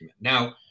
Now